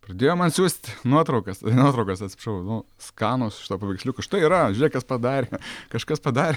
pradėjo man siųst nuotraukas ne nuotraukas atsiprašau nu skanus šito paveiksliuko štai yra žiūrėk kas padarė kažkas padarė